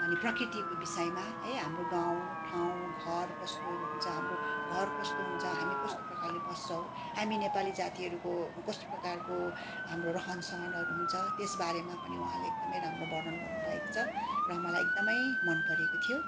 अनि प्रकृतिको विषयमा है हाम्रो गाउँठाउँ घर कस्तोहरू हुन्छ हाम्रो घर कस्तो हुन्छ हामी कस्तो प्रकारले बस्छौँ हामी नेपाली जातीहरूको कस्तो प्रकारको हाम्रो रहन सहनहरू हुन्छ त्यस बारेमा पनि उहाँले एकदमै राम्रो वर्णन गर्नु भएको छ र मलाई एकदमै मनपरेको थियो